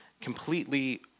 completely